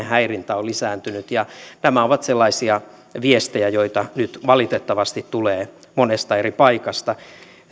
häirintä on lisääntynyt ja nämä ovat sellaisia viestejä joita nyt valitettavasti tulee monesta eri paikasta